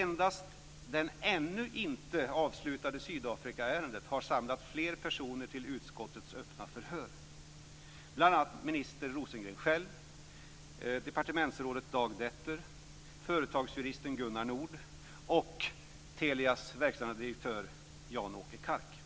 Endast det ännu inte avslutade Sydafrikaärendet har samlat fler personer till utskottets öppna förhör, bl.a. minister Rosengren själv, departementsrådet Dag Detter, företagsjuristen Gunnar Nord och Telias verkställande direktör Jan-Åke Kark.